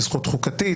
היא זכות חוקתית.